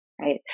right